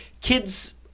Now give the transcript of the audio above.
kids